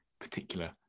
particular